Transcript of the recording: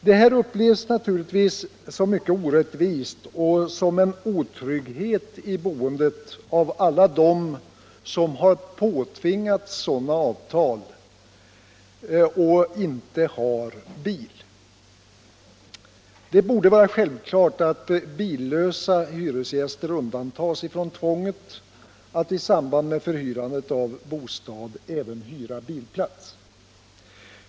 Detta upplevs naturligtvis som mycket orättvist och som en otrygghet i boendet av alla dem som har påtvingats sådana avtal och inte har bil. Det borde vara självklart att billösa hyresgäster undantas från tvånget att i samband med förhyrandet av en bostad även hyra bilplats.